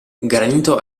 granito